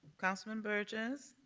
councilman burgess.